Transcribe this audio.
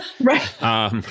Right